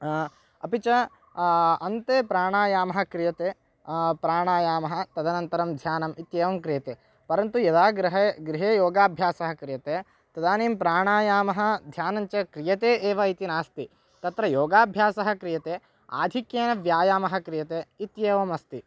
अपि च अन्ते प्राणायामः क्रियते प्राणायामः तदनन्तरं ध्यानम् इत्येवं क्रियते परन्तु यदा गृहे गृहे योगाभ्यासः क्रियते तदानीं प्राणायामः ध्यानं च क्रियते एव इति नास्ति तत्र योगाभ्यासः क्रियते आधिक्येन व्यायामः क्रियते इत्येवम् अस्ति